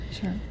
Sure